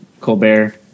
Colbert